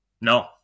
No